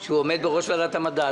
שהוא עומד בראש ועדת המדע?".